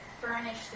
furnish